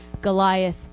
Goliath